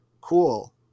cool